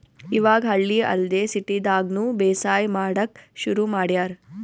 ಇವಾಗ್ ಹಳ್ಳಿ ಅಲ್ದೆ ಸಿಟಿದಾಗ್ನು ಬೇಸಾಯ್ ಮಾಡಕ್ಕ್ ಶುರು ಮಾಡ್ಯಾರ್